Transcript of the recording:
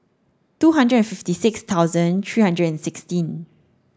two hundred and fifty six thousand three hundred and sixteen